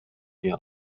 mir